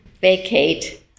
vacate